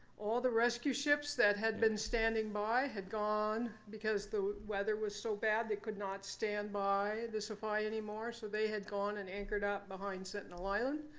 all the rescue ships that had been standing by had gone, because the weather was so bad. they could not stand by the sophia anymore. so they had gone and anchored up behind sitting alone.